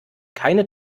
keine